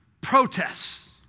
protests